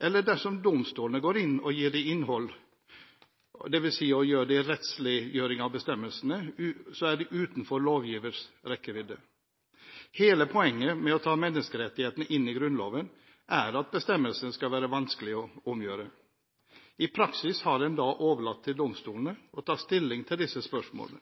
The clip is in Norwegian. eller, dersom domstolene går inn og gir dem innhold, dvs. rettsliggjøring av bestemmelsene, være utenfor lovgivers rekkevidde. Hele poenget med å ta menneskerettighetene inn i Grunnloven er at bestemmelsene skal være vanskelige å omgjøre. I praksis har en da overlatt til domstolene å ta stilling til disse spørsmålene.